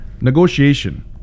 negotiation